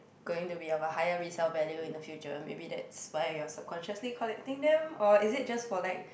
going to be of a higher resell value in the future maybe that's why you're subconsciously collecting them or is it just for like